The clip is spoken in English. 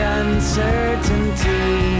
uncertainty